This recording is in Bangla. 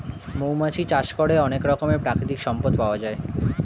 মৌমাছি চাষ করে অনেক রকমের প্রাকৃতিক সম্পদ পাওয়া যায়